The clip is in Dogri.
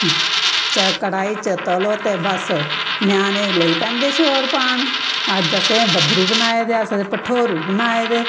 कढ़ाई च तलो ते बस ञ्याणे लगी पौंदे शोर पान अज्ज असें बब्बरू बनाए दे अज्ज असें भठोरू बनाए दे